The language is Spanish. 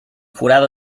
jurado